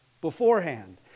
Beforehand